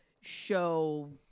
Show